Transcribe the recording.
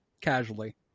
casually